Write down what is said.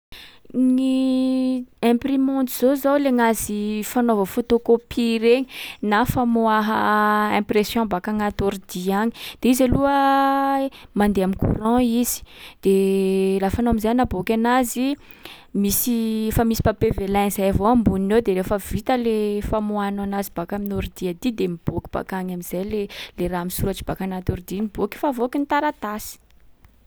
Gny imprimante zao zao le gnazy fanaova photocopie regny na famoàha impression baka agnaty ordi any. De izy aloha, mandeha am'courant izy. De lafa anao am’zay anaboaky anazy, misy- fa misy papier velin zay avao amboniny ao de refa vita le famoahanao anazy baka amin’ny ordi aty de miboaky bakany am’zay le- le raha misoratry baka anaty ordi iny miboaky fa voaky ny taratasy.